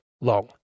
long